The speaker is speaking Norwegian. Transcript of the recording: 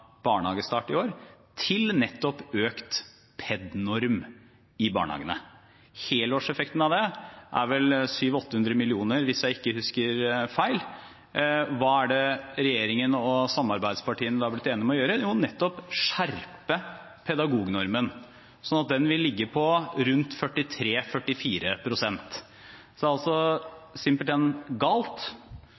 barnehagestart i år, til nettopp økt pednorm i barnehagene. Helårseffekten av det er vel 700–800 mill. kr, hvis jeg ikke husker feil. Hva er det regjeringen og samarbeidspartiene da er blitt enige om å gjøre? Jo, nettopp å skjerpe pedagognormen, slik at den vil ligge på rundt 43–44 pst. Det er